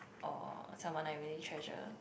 or someone I really treasure